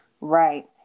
Right